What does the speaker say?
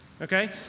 okay